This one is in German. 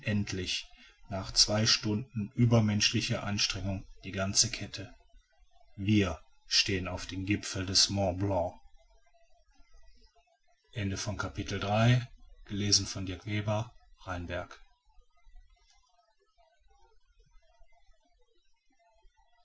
endlich nach zwei stunden übermenschlicher anstrengung die ganze kette wir stehen auf dem gipfel des mont blanc